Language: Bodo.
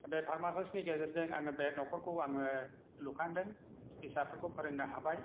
बे फार्मासिसनि गेजेरजों आङो बे न'खरखौ आङो लुखांदों बिसाफोरखौ फोरोंनो हाबाय